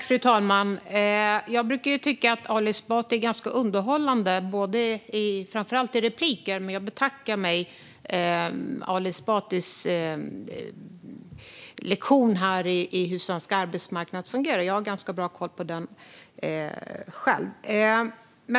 Fru talman! Jag brukar tycka att Ali Esbati är ganska underhållande, framför allt i repliker, men jag betackar mig Ali Esbatis lektion här i hur svensk arbetsmarknad fungerar. Jag har ganska bra koll på det själv.